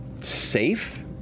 Safe